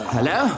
Hello